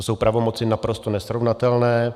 Jsou to pravomoci naprosto nesrovnatelné.